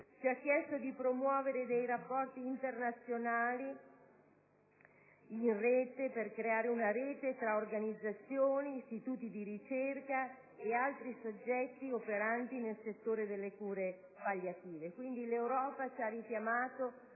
nonché di promuovere i rapporti internazionali al fine di creare una rete tra organizzazioni, istituti di ricerca e altri soggetti operanti nel settore delle cure palliative. Quindi, l'Europa ci ha richiamato